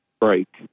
break